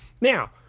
Now